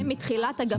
זה מתחילת הגשת הבקשה.